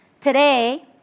Today